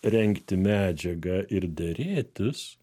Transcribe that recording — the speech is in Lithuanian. rengti medžiagą ir derėtis